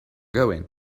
going